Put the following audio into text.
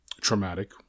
traumatic